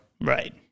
Right